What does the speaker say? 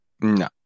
No